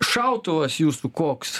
šautuvas jūsų koks